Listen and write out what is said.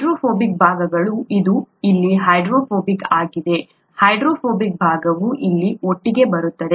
hydrophobic ಭಾಗಗಳು ಇದು ಇಲ್ಲಿ ಹೈಡ್ರೋಫೋಬಿಕ್ ಆಗಿದೆ ಹೈಡ್ರೋಫೋಬಿಕ್ ಭಾಗವು ಇಲ್ಲಿ ಒಟ್ಟಿಗೆ ಬರುತ್ತದೆ